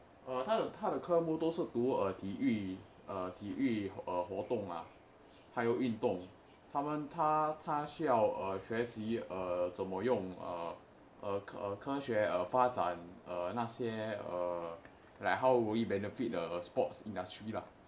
哦他有他的科目都是读体育体育活动啊还有运动他们他他需要学习怎么用啊呃科学发展哦那些:o ta you ta de ke mu dou shi du ti yu ti yu huo dong a hai you yun dong ta men ta ta xu yao xue xi zen me yong a eai ke xue fa zhan o nei xie like how will it benefit the sports industry lah